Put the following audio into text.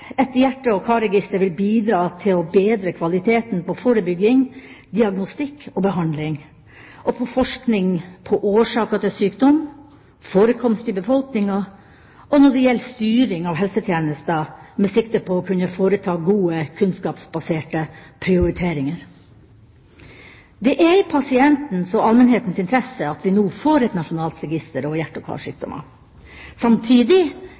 et hjerte- og karregister vil bidra til å bedre kvaliteten på forebygging, diagnostikk og behandling, på forskning på årsaker til sykdom, forekomst i befolkningen, og bidra til bedret styring av helsetjenester med sikte på å kunne foreta gode, kunnskapsbaserte prioriteringer. Det er i pasientens og allmennhetens interesse at vi nå får et nasjonalt register over hjerte- og karsykdommer. Samtidig